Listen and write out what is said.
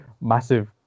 massive